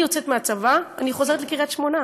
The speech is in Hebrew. אני יוצאת מהצבא, ואני חוזרת לקריית שמונה.